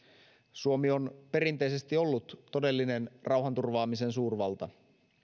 suomi on perinteisesti ollut todellinen rauhanturvaamisen suurvalta